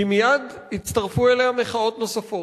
כי מייד הצטרפו אליה מחאות נוספות.